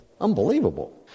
Unbelievable